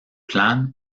plan